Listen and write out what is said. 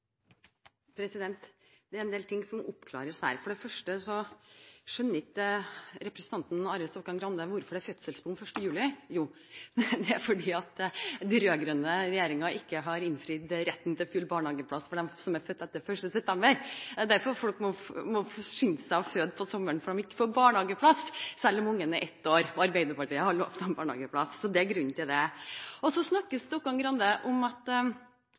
Arild Stokkan-Grande hvorfor det er fødselsboom fra 1. juli. Jo, det er fordi den rød-grønne regjeringen ikke har innfridd retten til full barnehageplass for dem som er født etter 1. september. Det er derfor folk må skynde seg å føde på sommeren, fordi de ikke får barnehageplass selv om ungen er ett år og Arbeiderpartiet har lovet dem barnehageplass. Så det er grunnen til det. Så snakker Stokkan-Grande om at